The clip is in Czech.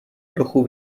trochu